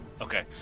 Okay